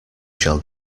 shall